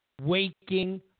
waking